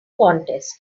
contest